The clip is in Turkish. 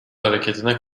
hareketine